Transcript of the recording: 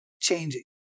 changing